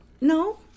No